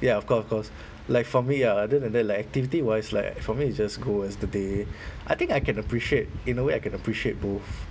ya of course of course like for me ah other than that like activity wise like for me it's just go as the day I think I can appreciate in a way I can appreciate both